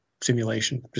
simulation